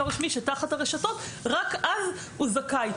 רשמיים ונמצאים תחת הרשתות רק אז הוא זכאי.